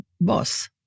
boss